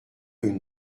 une